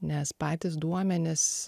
nes patys duomenys